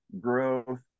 growth